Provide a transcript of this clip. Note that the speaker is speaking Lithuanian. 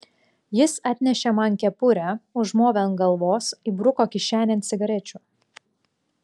jis atnešė man kepurę užmovė ant galvos įbruko kišenėn cigarečių